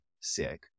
sick